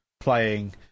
playing